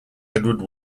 edward